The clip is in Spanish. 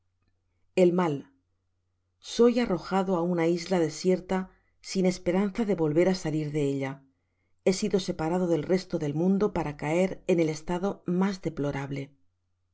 el mal soy arrojado á una isla desierta sin esperanza de volver á salir de ella he sido separado del resto del mundo para caer en el estado mas deplorable